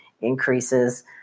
increases